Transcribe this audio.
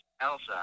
Elsa